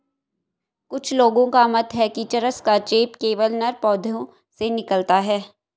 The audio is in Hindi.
कुछ लोगों का मत है कि चरस का चेप केवल नर पौधों से निकलता है